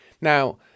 Now